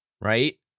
right